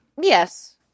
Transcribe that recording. yes